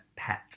Pet